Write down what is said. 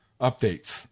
updates